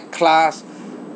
class